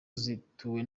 zituwe